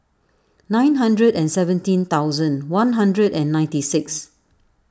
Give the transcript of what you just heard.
nine hundred and seventeen thousand one hundred and ninety six